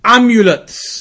Amulets